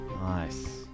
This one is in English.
Nice